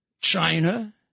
China